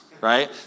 right